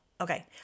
Okay